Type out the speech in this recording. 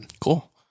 Cool